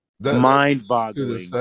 Mind-boggling